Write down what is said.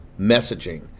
messaging